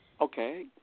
Okay